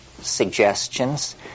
suggestions